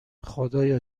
خدایا